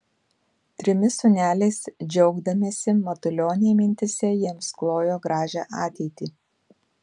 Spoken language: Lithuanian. trimis sūneliais džiaugdamiesi matulioniai mintyse jiems klojo gražią ateitį